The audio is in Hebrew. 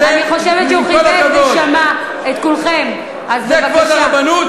אני חושבת שהוא כיבד ושמע את כולכם, אז בבקשה.